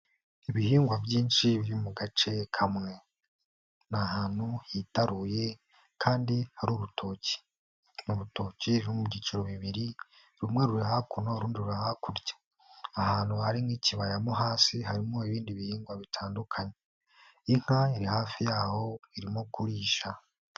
Ibihingwa byinshi biri mu gace kamwe, ni ahantu hitaruye kandi hari urutoki, ni urutoki ru mu byiciro bibiri, rumwe ruri hakuno, urundi ruri hakurya, ahantu hari n'ikibaya mo hasi harimo ibindi bihingwa bitandukanye, inka iri hafi yaho irimo kuririsha.